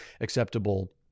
acceptable